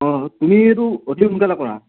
অঁ তুমি এইটো অতি সোনকালে কৰা